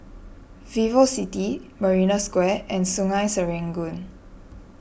VivoCity Marina Square and Sungei Serangoon